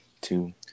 two